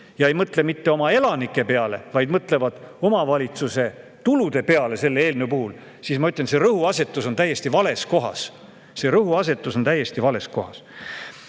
ja ei mõtle mitte oma elanike peale, vaid mõtlevad omavalitsuse tulude peale selle eelnõu puhul, siis ma ütlen, see rõhuasetus on täiesti vales kohas. See rõhuasetus on täiesti vales kohas!